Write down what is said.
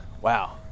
wow